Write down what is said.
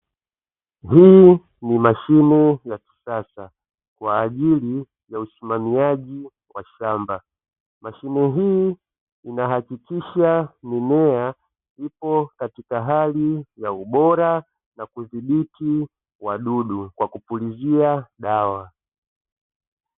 Hii ni mashine ya kisasa kwa ajili ya usimamiaji wa shamba, mashine hii inahakikisha mimea ipo katika hali ya ubora na kudhibiti wadudu kwa kupulizia dawa.